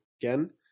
again